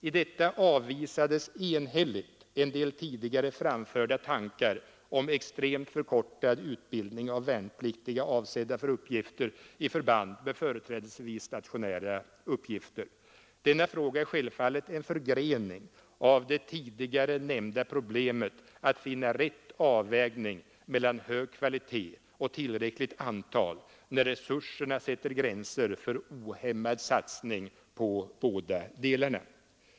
I detta avvisades enhälligt en del tidigare framförda tankar om extremt förkortad utbildning av värnpliktiga avsedda för uppgifter i förband med företrädesvis stationära uppgifter. Denna fråga är självfallet en förgrening av det tidigare nämnda problemet att finna rätt avvägning mellan hög kvalitet och tillräckligt antal, när resurserna sätter gränser för ohämmad satsning på båda delarna.